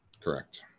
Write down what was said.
Correct